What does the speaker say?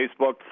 Facebook